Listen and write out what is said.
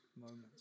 moments